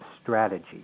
strategy